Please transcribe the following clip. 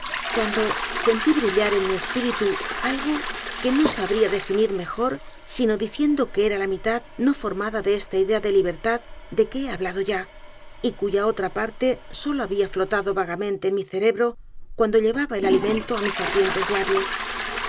cuando sentí brillar en mi espíritu algo que no sabría definir mejor sino diciendo que era la mitad no formada de esta idea de libertad de que he hablado ya y cuya otra parte sólo había flotado vagamente en mi cerebro cuando llevaba el alimento á mis ardientes labios